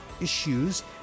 issues